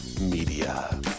Media